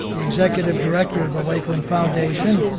the executive director of the lakeland foundation,